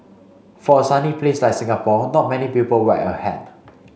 for a sunny place like Singapore not many people wear a hat